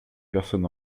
personne